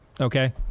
Okay